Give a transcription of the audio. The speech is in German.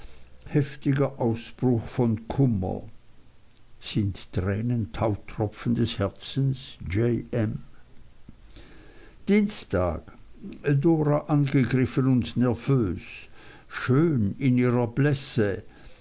heftiger ausbruch von kummer sind tränen tautropfen des herzens j m dienstag d angegriffen und nervös schön in ihrer blässe